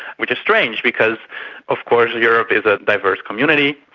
which is strange because of course europe is a diverse community,